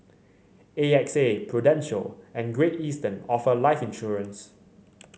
A X A Prudential and Great Eastern offer life insurance